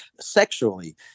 sexually